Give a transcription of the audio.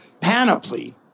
panoply